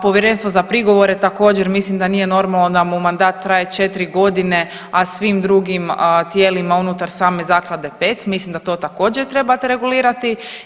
Povjerenstvo za prigovore također mislim da nije normalno da mu mandat traje 4 godine a svim drugim tijelima unutar same zaklade 5. Mislim da to također trebate regulirati.